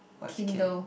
what is K